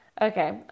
Okay